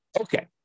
Okay